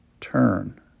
turn